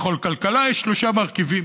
בכל כלכלה יש שלושה מרכיבים,